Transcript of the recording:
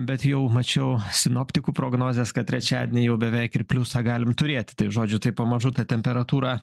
bet jau mačiau sinoptikų prognozes kad trečiadienį jau beveik ir pliusą galim turėti tai žodžiu tai pamažu ta temperatūra